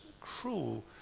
cruel